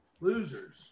Losers